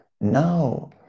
now